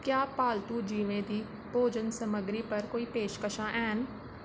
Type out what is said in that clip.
क्या पालतू जीवें दी भोजन समग्री पर कोई पेशकशां हैन